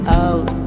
out